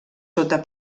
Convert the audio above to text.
sota